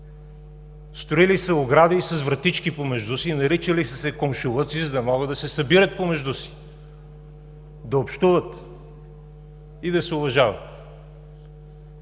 Строили са огради с вратички помежду си, наричали са се комшулуци, за да могат да се събират помежду си, да общуват и да се уважават.